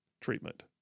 treatment